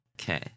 Okay